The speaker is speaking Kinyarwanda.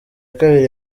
kabiri